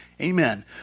Amen